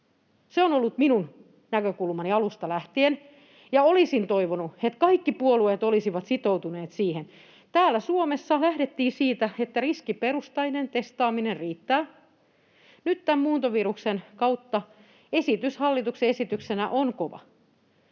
Se on ollut minun näkökulmani alusta lähtien, ja olisin toivonut, että kaikki puolueet olisivat sitoutuneet siihen. Täällä Suomessa lähdettiin siitä, että riskiperustainen testaaminen riittää. Nyt tämän muuntoviruksen kautta esitys hallituksen esityksenä on kova.